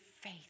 faith